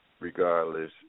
regardless